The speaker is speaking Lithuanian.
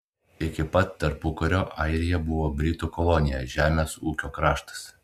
iki pat tarpukario airija buvo britų kolonija žemės ūkio kraštas